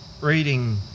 Reading